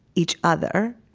each other,